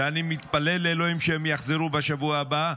ואני מתפלל לאלוהים שהם יחזרו בשבוע הבא,